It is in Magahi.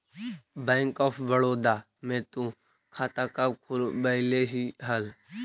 बैंक ऑफ बड़ोदा में तु खाता कब खुलवैल्ही हल